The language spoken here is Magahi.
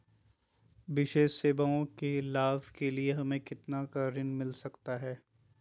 विशेष सेवाओं के लाभ के लिए हमें कितना का ऋण मिलता सकता है?